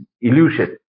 illusion